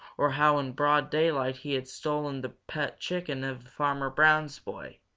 or how in broad daylight he had stolen the pet chicken of farmer brown's boy.